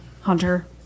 Hunter